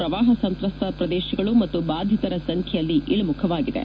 ಪ್ರವಾಪ ಸಂತ್ರಸ್ತ ಪ್ರದೇಶಗಳು ಮತ್ತು ಬಾಧಿತರ ಸಂಖ್ಯೆಯಲ್ಲಿ ಇಳಿಮುಖವಾಗಿದೆ